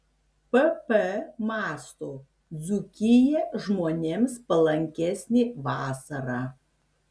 pp mąsto dzūkija žmonėms palankesnė vasarą